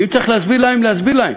ואם צריך להסביר להם, להסביר להם.